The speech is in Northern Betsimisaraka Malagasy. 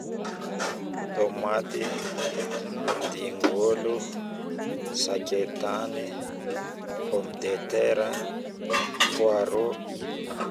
tômaty, dingôlo, sakaitany, pomme de terre, poireau